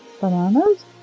bananas